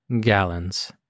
gallons